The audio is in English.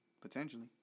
Potentially